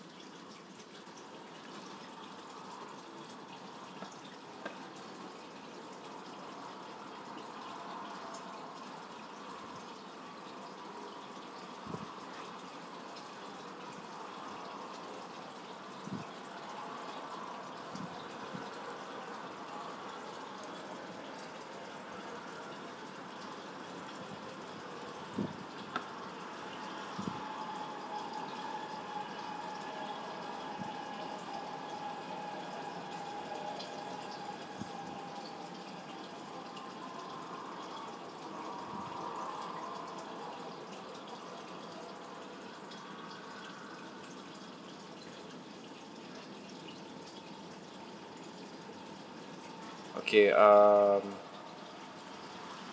okay um